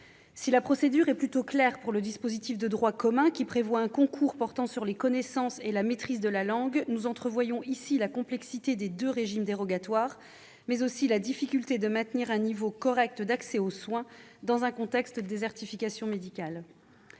Si la procédure est plutôt claire pour le dispositif de droit commun qui prévoit un concours portant sur les connaissances et la maîtrise de la langue, nous entrevoyons ici la complexité des deux régimes dérogatoires, mais aussi la difficulté de maintenir un niveau correct d'accès aux soins dans un contexte de désertification médicale.